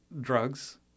Drugs